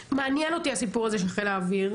מעניין אותי הסיפור הזה של חיל האוויר,